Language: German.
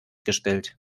gestellt